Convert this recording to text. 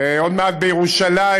עוד מעט בירושלים,